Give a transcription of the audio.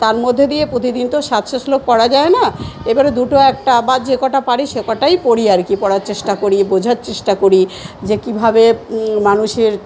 তার মধ্যে দিয়ে প্রতিদিন তো সাতশো শ্লোক পড়া যায় না এবারে দুটো একটা বা যে কটা পারি সে কটাই পড়ি আর কি পড়ার চেষ্টা করি বোঝার চেষ্টা করি যে কীভাবে মানুষের